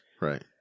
Right